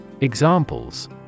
Examples